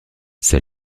ça